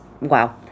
Wow